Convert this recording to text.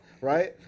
Right